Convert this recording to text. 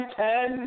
ten